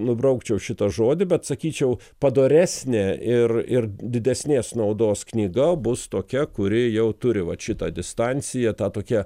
nubraukčiau šitą žodį bet sakyčiau padoresnė ir ir didesnės naudos knyga bus tokia kuri jau turi vat šitą distanciją tą tokią